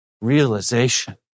realization